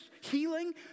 healing